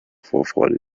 vorfreude